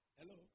Hello